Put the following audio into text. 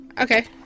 Okay